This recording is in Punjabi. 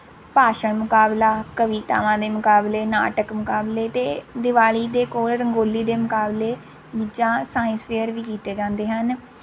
ਭਾਸ਼ਾ ਮੁਕਾਬਲਾ ਕਵਿਤਾਵਾਂ ਦੇ ਮੁਕਾਬਲੇ ਨਾਟਕ ਮੁਕਾਬਲੇ ਅਤੇ ਦੀਵਾਲੀ ਦੇ ਕੋਲ ਰੰਗੋਲੀ ਦੇ ਮੁਕਾਬਲੇ ਜਾਂ ਸਾਇੰਸ ਫੇਅਰ ਵੀ ਕੀਤੇ ਜਾਂਦੇ ਹਨ